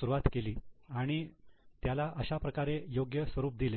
सुरुवात केली आणि त्याला अशाप्रकारे योग्य स्वरूप दिले